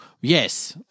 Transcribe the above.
Yes